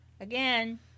Again